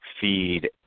feed